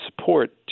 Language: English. support